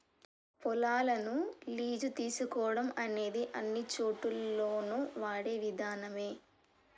పొలాలను లీజు తీసుకోవడం అనేది అన్నిచోటుల్లోను వాడే విధానమే